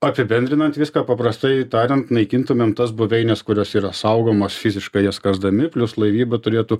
apibendrinant viską paprastai tarian naikintumėm tas buveines kurios yra saugomos fiziškai jas kasdami plius laivyba turėtų